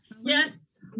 Yes